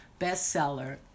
bestseller